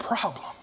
problem